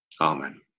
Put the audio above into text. Amen